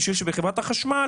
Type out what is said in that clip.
משום שבחברת החשמל